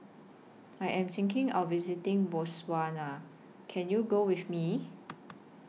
I Am thinking of visiting Botswana Can YOU Go with Me